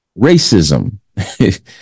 racism